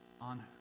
on